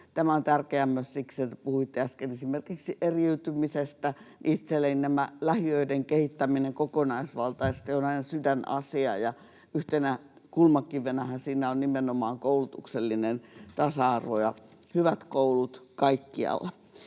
Tämä on tärkeää myös siksi, että puhuitte äsken esimerkiksi eriytymisestä. Itselleni tämä lähiöiden kehittäminen kokonaisvaltaisesti on aina sydänasia, ja yhtenä kulmakivenähän siinä on nimenomaan koulutuksellinen tasa-arvo ja hyvät koulut kaikkialla.